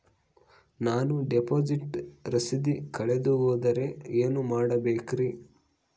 ನಾನು ಡಿಪಾಸಿಟ್ ರಸೇದಿ ಕಳೆದುಹೋದರೆ ಏನು ಮಾಡಬೇಕ್ರಿ?